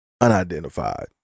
unidentified